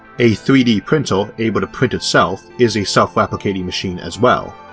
a three d printer able to print itself is a self-replicating machine as well.